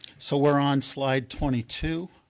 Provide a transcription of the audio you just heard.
so we are on slide twenty two,